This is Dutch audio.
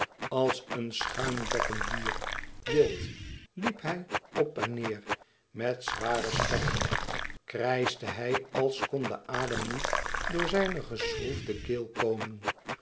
als een schuimbekkend dier wild liep hij op en neêr met zware stappen krijschte hij als kon de adem niet door zijne geschroefde keel komen